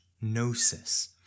gnosis